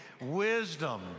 Wisdom